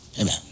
Amen